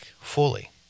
fully